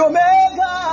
Omega